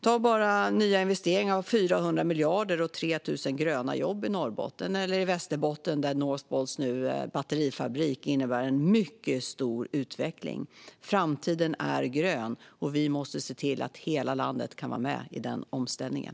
Ta bara nya investeringar med 400 miljarder och 3 000 gröna jobb i Norrbotten eller i Västerbotten, där Northvolts batterifabrik nu innebär en mycket stor utveckling! Framtiden är grön, och vi måste se till att hela landet kan vara med i den omställningen.